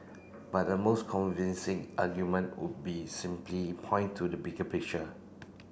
but the most convincing argument would be simply point to the bigger picture